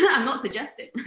yeah i'm not suggesting.